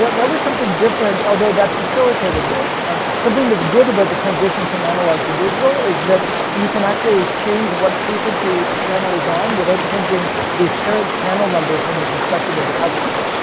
that that was something different although that facilitated this. um something that's good about the transition from analog to digital is that you can actually change what frequency channel is on without changing the parent channel number from the perspective of the customer.